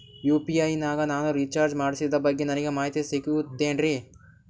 UPI ನಾಗ ನಾನು recharge ಮಾಡಿಸಿದ ಬಗ್ಗೆ ನನಗೆ ಮಾಹಿತಿ ಸಿಗುತೇನ್ರೀ?